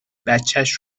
بچش